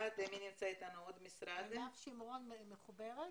עינב שימרון מחוברת?